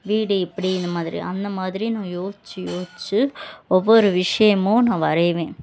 வீடு இப்படி இது மாதிரி அந்த மாதிரி நான் யோசித்து யோசித்து ஒவ்வொரு விஷயமும் நான் வரைவேன்